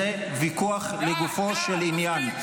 זה ויכוח לגופו של עניין.